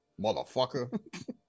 motherfucker